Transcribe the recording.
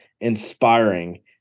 inspiring